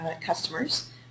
customers